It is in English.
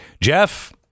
Jeff